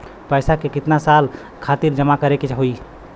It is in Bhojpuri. पैसा के कितना साल खातिर जमा करे के होइ?